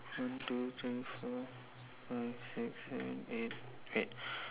one two three four five six seven eight eight